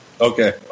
Okay